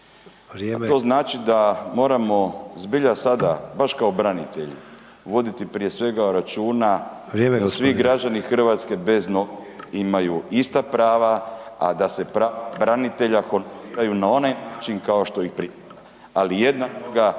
to znači da moramo zbilja sada baš kao branitelji voditi prije svega računa …/Upadica: Vrijeme gospodine./… da svi građani Hrvatske bez nogu imaju ista prava, a da se prava branitelja honoriraju na onaj način kao što i prije,